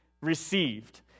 received